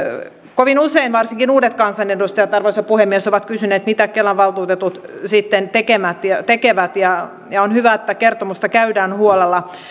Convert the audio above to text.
kovin usein varsinkin uudet kansanedustajat arvoisa puhemies ovat kysyneet mitä kelan valtuutetut sitten tekevät ja ja on hyvä että kertomusta käydään läpi huolella